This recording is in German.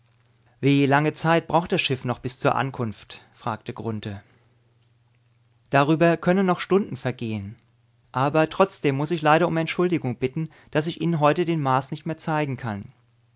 wie lange zeit braucht das schiff noch bis zur ankunft fragte grunthe darüber können noch stunden vergehen aber trotzdem muß ich leider um entschuldigung bitten daß ich ihnen heute den mars nicht mehr zeigen kann